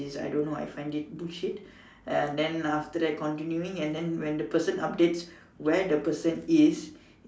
which is I don't know I find it bullshit and then after that continuing and then when person updates where the person is